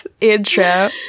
intro